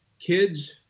kids